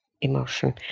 emotion